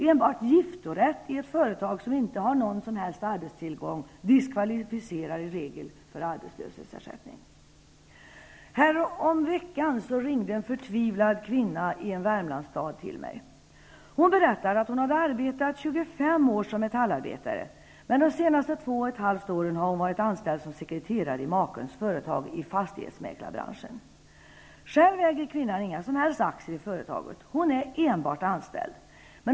Enbart giftorätt i ett företag som inte har någon arbetstillgång diskvalificerar i regel för arbetslöshetsersättning. Häromveckan ringde en förtvivlad kvinna i en Värmlandsstad till mig. Hon berättade att hon hade arbetat 25 år som metallarbetare. De senaste två och ett halvt åren har hon varit anställd som sekreterare i makens företag i fastighetsmäklarbranschen. Kvinnan äger själv inga aktier i företaget. Hon är enbart anställd.